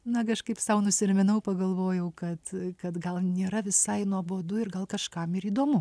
na kažkaip sau nusiraminau pagalvojau kad kad gal nėra visai nuobodu ir gal kažkam ir įdomu